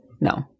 no